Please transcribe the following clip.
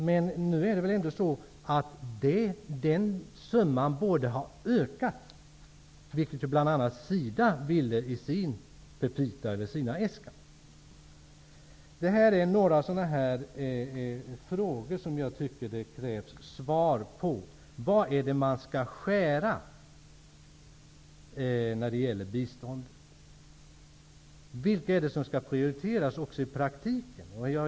Men den summan har ju ökat, vilket bl.a. SIDA ville i sina äskanden. Detta är några frågor som jag tycker att det krävs svar på. Var är det man skall skära när det gäller biståndet? Vilka är det som också i praktiken skall prioriteras?